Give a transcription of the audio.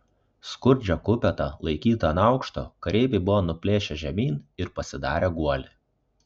skurdžią kupetą laikytą ant aukšto kareiviai buvo nuplėšę žemyn ir pasidarę guolį